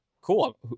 cool